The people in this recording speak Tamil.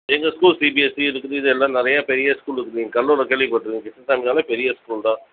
எங்கள் ஸ்கூல் சிபிஎஸ்சியும் இருக்குது இது எல்லாம் நிறையா பெரிய ஸ்கூல் இருக்குது நீங்கள் கடலூரில் கேள்விப்பட்ருக்கீங்களா கிருஷ்ணசாமின்னாலே பெரிய ஸ்கூல் தான்